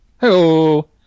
Hello